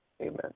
Amen